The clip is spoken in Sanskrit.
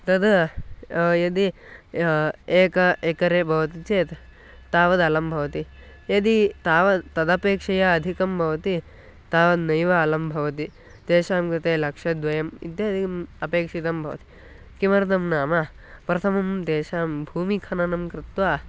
तद् यदि एकम् एकरे भवति चेत् तावद् अलं भवति यदि तावद् तदपेक्षया अधिकं भवति तावद् नैव अलं भवति तेषां कृते लक्षद्वयम् इत्यादिकम् अपेक्षितं भवति किमर्थं नाम प्रथमं तेषां भूमिखननं कृत्वा